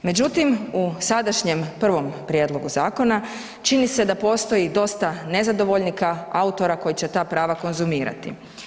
Međutim, u sadašnjem prvom prijedlogu zakona čini se da postoji dosta nezadovoljnika, autora koji će ta prava konzumirati.